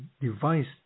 device